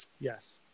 Yes